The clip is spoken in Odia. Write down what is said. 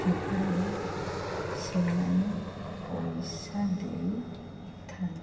ଥିବାରୁ ସେମାନେ ପଇସା ଦେଇଥାନ୍ତି